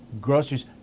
Groceries